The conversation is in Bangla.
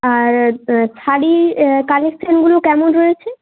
আর শাড়ি কালেকশানগুলো কেমন রয়েছে